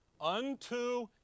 unto